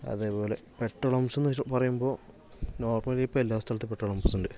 അതേപോലെ petrol pumps എന്നു പറയുമ്പോൾ നോർമലി ഇപ്പം എല്ലാ സ്ഥലത്തും പെട്രോൾ പമ്പ്സ് ഉണ്ട്